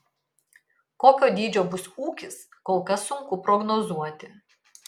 kokio dydžio bus ūkis kol kas sunku prognozuoti